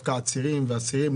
דווקא עצירים ואסירים,